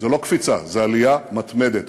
זו לא קפיצה, זו עלייה מתמדת.